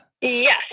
Yes